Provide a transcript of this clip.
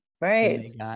Right